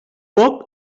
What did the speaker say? poc